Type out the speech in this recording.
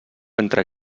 entre